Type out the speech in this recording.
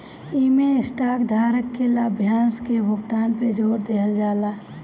इमें स्टॉक धारक के लाभांश के भुगतान पे जोर देहल जाला